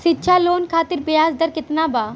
शिक्षा लोन खातिर ब्याज दर केतना बा?